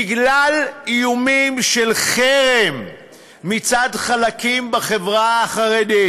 בגלל איומים של חרם מצד חלקים בחברה החרדית,